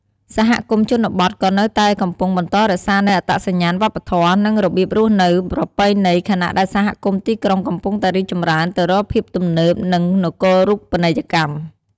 សហគមន៍ជនបទក៏នៅតែកំពុងបន្តរក្សានូវអត្តសញ្ញាណវប្បធម៌ និងរបៀបរស់នៅប្រពៃណី ខណៈដែលសហគមន៍ទីក្រុងកំពុងតែរីកចម្រើនទៅរកភាពទំនើប និងនគរូបនីយកម្ម។